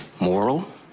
moral